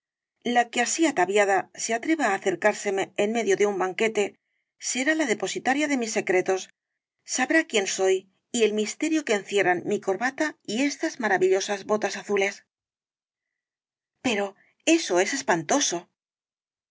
la que así ataviada se atreva á acercárseme en medio de un banquete será la depositaría de mis secretos sabrá quién soy y el misterio que encierran mi corbata y estas maravillosas botas azules pero eso es espantoso